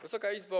Wysoka Izbo!